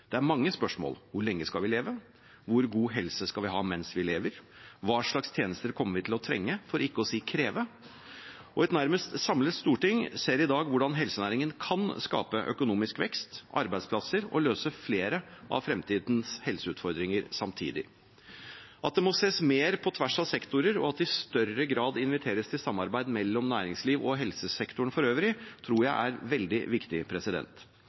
Det er mange spørsmål: Hvor lenge skal vi leve? Hvor god helse skal vi ha mens vi lever? Hva slags tjenester kommer vi til å trenge, for ikke å si kreve? Et nærmest samlet storting ser i dag hvordan helsenæringen kan skape økonomisk vekst og arbeidsplasser og løse flere av fremtidens helseutfordringer samtidig. At det nå ses mer på tvers av sektorer, og at det i større grad inviteres til samarbeid mellom næringslivet og helsesektoren for øvrig, tror jeg er veldig viktig.